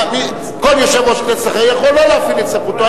כל יושב-ראש כנסת אחר יכול לא להפעיל את סמכותו.